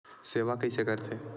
सेवा कइसे करथे?